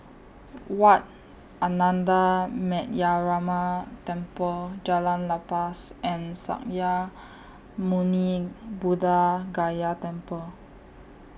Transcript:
Wat Ananda Metyarama Temple Jalan Lepas and Sakya Muni Buddha Gaya Temple